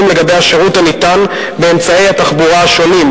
לגבי השירות הניתן באמצעי התחבורה השונים,